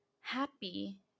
happy